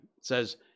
Says